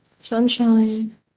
Sunshine